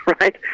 right